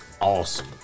awesome